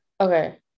Okay